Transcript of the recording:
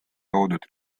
loodud